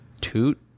toot